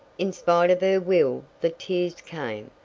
in spite of her will the tears came.